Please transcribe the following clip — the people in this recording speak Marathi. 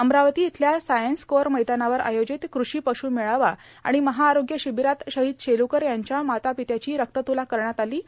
अमरावती इथल्या सांयन्स कोअर मैदानावर आयोजित कृषी पश् मेळावा आर्गाण महाआरोग्य शिबीरात शहांद शेलुकर यांच्या माता पंत्याची रक्तत्ला करण्यात आलां